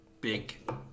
big